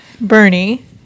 Bernie